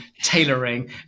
tailoring